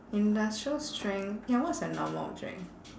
industrial strength ya what's a normal object